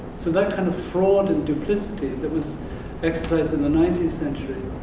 so that kind of fraud and duplicity that was exercised in the nineteenth century